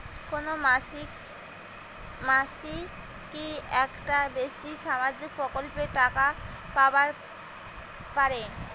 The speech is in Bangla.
কোনো মানসি কি একটার বেশি সামাজিক প্রকল্পের টাকা পাবার পারে?